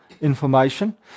information